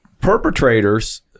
perpetrators